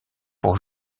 pour